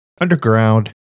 Underground